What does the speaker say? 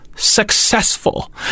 Successful